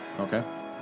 Okay